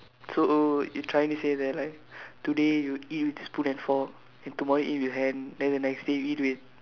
so you trying to say that like today you eat with spoon and fork then tomorrow you eat with hand then the next day you eat with